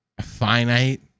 finite